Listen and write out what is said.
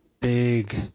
big